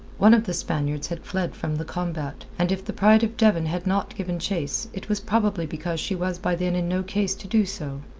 one of the spaniards had fled from the combat, and if the pride of devon had not given chase it was probably because she was by then in no case to do so.